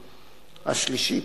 השלישי,